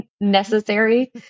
necessary